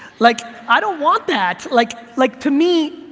like i don't want that. like like to me,